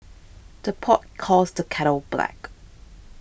the pot calls the kettle black